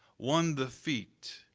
one the feet,